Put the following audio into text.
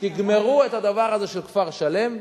תגמרו את הדבר הזה של כפר-שלם.